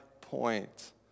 point